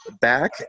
back